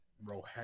bro